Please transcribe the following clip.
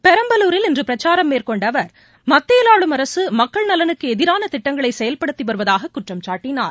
பெரம்பலூரில் இன்றுபிரச்சாரம் மேற்கொண்டஅவர் மக்தியில் அரசுமக்கள் ஆளும் நலனுக்குஎதிரானதிட்டங்களைசெயல்படுத்திவருவதாகக் குற்றம் சாட்டினார்